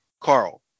Carl